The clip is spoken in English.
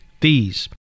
Fees